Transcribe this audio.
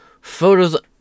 Photos